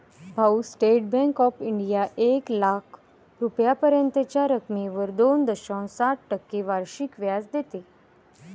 भाऊ, state bank of India एक लाख रुपयांपर्यंतच्या रकमेवर दोन दशांश सात टक्के वार्षिक व्याज देते